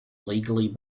legally